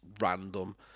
random